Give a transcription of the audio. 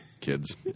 kids